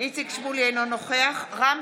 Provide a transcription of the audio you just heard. אינו נוכח רם